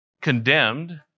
condemned